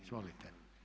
Izvolite.